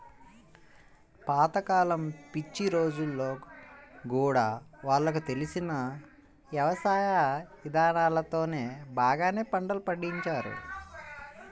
పాత కాలం పిచ్చి రోజుల్లో గూడా వాళ్లకు తెలిసిన యవసాయ ఇదానాలతోనే బాగానే పంటలు పండించారు